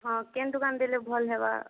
ହଁ କେନ ଦୁକାନ୍ ଦେଲେ ଭଲ ହେବା